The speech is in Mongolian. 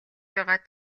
байгаад